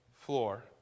floor